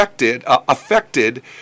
affected